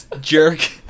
Jerk